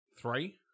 Three